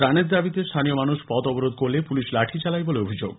ত্রাণের দাবিতে স্হানীয় মানুষ পথ অবরোধ করলে পুলিশ লাঠি চালায় বলে অভিযোগ